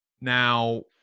Now